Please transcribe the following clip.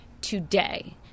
today